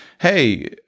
hey